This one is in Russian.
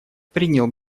принял